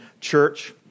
church